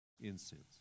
incense